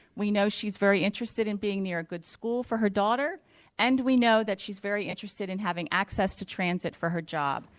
we know she's very interested in being near a good school for her daughter and we know that she's very interested in having access to transit for her job.